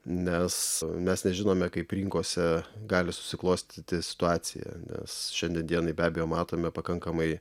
nes mes nežinome kaip rinkose gali susiklostyti situacija nes šiandien dienai be abejo matome pakankamai